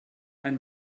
ein